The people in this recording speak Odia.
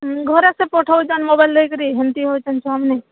ଘରେ ସେ ପଠଉଛନ୍ ମୋବାଇଲ୍ ଦେଇକରି ହେନ୍ତି ହେଉଛନ୍ତି ଛୁଆମାନେ